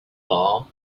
bar